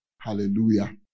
Hallelujah